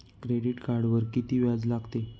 Credit कार्डवर किती व्याज लागते?